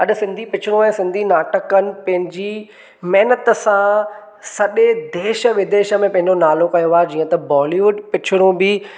अॼु सिंधी पिचरूं ऐं सिंधी नाटकनि पंहिंजी महिनत सां सॼे देश विदेश में पंहिंजो नालो कयो आहे जीअं त बॉलीवूड पिचरूं बि